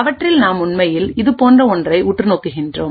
அவற்றில் நாம் உண்மையில்இது போன்ற ஒன்றை உற்று நோக்குகின்றோம்